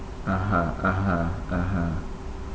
(uh huh) (uh huh) (uh huh)